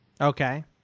Okay